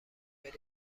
بریم